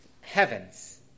heavens